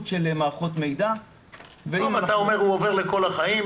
של מערכות מידע -- אתה אומר שהוא עובר לכל החיים,